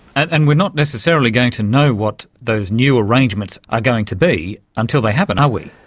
and and we're not necessarily going to know what those new arrangements are going to be until they happen, are we?